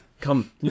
Come